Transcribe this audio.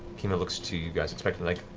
kima looks to you guys expectantly.